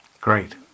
Great